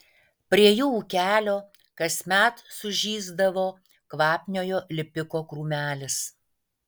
prie jų ūkelio kasmet sužysdavo kvapniojo lipiko krūmelis